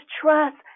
trust